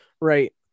Right